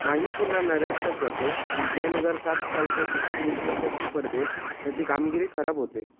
माही पुन्हा नैराश्यात जातो आणि दोन हजार सात सालच्या क्रिकेट विश्वचषक स्पर्धेत त्याची कामगिरी खराब होते